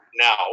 now